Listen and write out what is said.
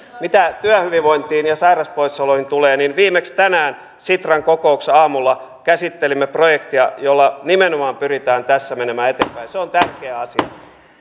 mitä työhyvinvointiin ja sairauspoissaoloihin tulee niin viimeksi tänään sitran kokouksessa aamulla käsittelimme projektia jolla nimenomaan pyritään tässä menemään eteenpäin ja se on tärkeä asia